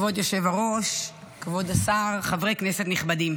כבוד היושב-ראש, כבוד השר, חברי כנסת נכבדים,